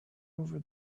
over